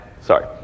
Sorry